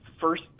first